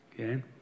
okay